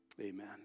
Amen